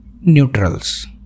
neutrals